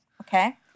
Okay